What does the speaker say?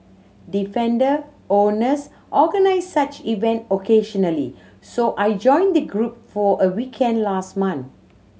defender owners organise such event occasionally so I joined the group for a weekend last month